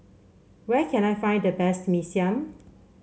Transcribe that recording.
where can I find the best Mee Siam